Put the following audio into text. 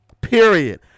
period